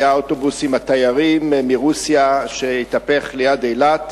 אוטובוס התיירים מרוסיה שהתהפך ליד אילת.